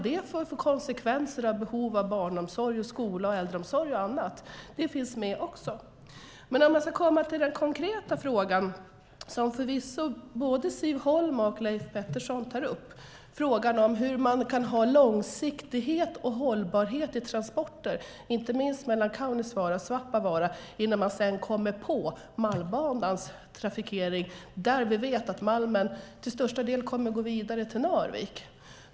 Det medför konsekvenser i form av behov av barnomsorg, skola, äldreomsorg och annat. Även det finns med. Låt mig så gå till den konkreta frågan, som både Siv Holma och Leif Pettersson tar upp, nämligen hur man kan ha långsiktighet och hållbarhet i transporter, inte minst mellan Kaunisvaara och Svappavaara, innan man sedan kommer in på Malmbanans trafikering där vi vet att malmen till största delen kommer att gå vidare till Narvik.